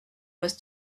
was